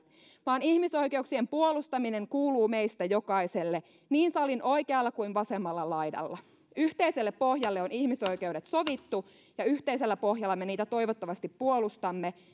vaan ihmisoikeuksien puolustaminen kuuluu meistä jokaiselle niin salin oikealla kuin vasemmalla laidalla yhteiselle pohjalle on ihmisoikeudet sovittu ja yhteisellä pohjalla me niitä toivottavasti puolustamme